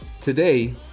Today